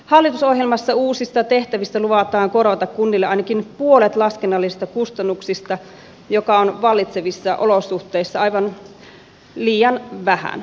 hallitusohjelmassa uusista tehtävistä luvataan korvata kunnille ainakin puolet laskennallisista kustannuksista mikä on vallitsevissa olosuhteissa aivan liian vähän